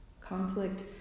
Conflict